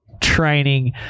training